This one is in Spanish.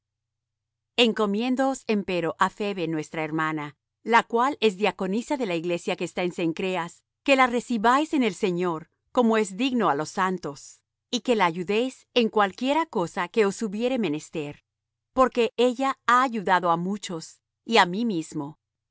amén encomiéndoos empero á febe nuestra hermana la cual es diaconisa de la iglesia que está en cencreas que la recibáis en el señor como es digno á los santos y que la ayudéis en cualquiera cosa en que os hubiere menester porque ella ha ayudado á muchos y á mí mismo